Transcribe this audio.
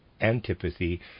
antipathy